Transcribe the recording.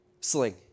sling